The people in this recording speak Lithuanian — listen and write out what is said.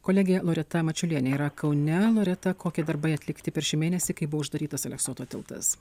kolegė loreta mačiulienė yra kaune loreta kokie darbai atlikti per šį mėnesį kai buvo uždarytas aleksoto tiltas